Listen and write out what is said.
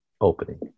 opening